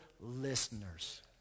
listeners